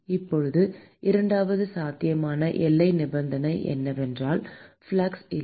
இப்போது இரண்டாவது சாத்தியமான எல்லை நிபந்தனை என்னவென்றால் ஃப்ளக்ஸ் இல்லை